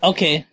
Okay